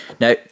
Now